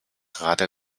gerade